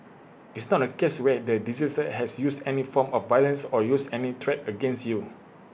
it's not A case where the deceased has used any form of violence or used any threat against you